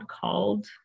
called